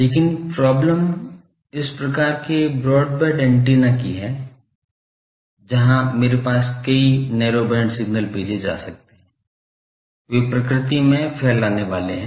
लेकिन प्रॉब्लम इस प्रकार के ब्रॉडबैंड एंटीना की है जहां मेरे पास कई नैरो बैंड सिग्नल भेजे जा सकते हैं वे प्रकृति में फैलाने वाले हैं